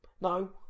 No